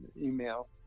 email